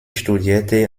studierte